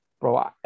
Bro